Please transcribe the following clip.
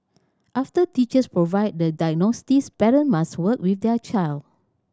after teachers provide the diagnostics parents must work with their child